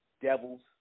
devils